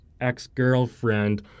ex-girlfriend